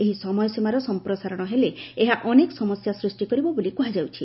ଏହି ସମୟସୀମାର ସଂପ୍ରସାରଣ ହେଲେ ଏହା ଅନେକ ସମସ୍ୟା ସୃଷ୍ଟି କରିବ ବୋଲି କୁହାଯାଉଛି